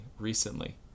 recently